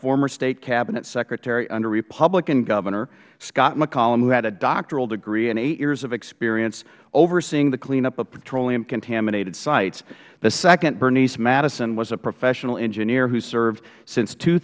former state cabinet secretary under republican governor scott mccallum who had a doctoral degree and eight years of experience overseeing the cleanup of petroleum contaminated sites the second bernice madison was a professional engineer who served since two